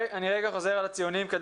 אני חוזר על המספרים: